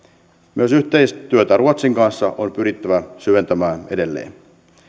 myös yhteistyötä ruotsin kanssa on pyrittävä syventämään edelleen